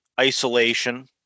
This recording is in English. isolation